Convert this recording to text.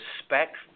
respect